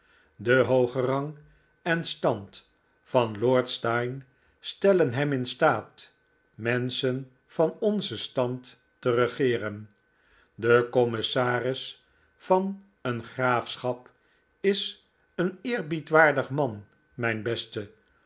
de hooge rang en stand van lord steyne stellen hem in staat menschen van onzen stand te regeeren de commissaris van een graafschap is een eerbiedwaardig man mijn beste